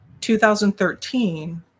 2013